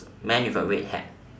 man with a red hat